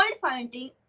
finding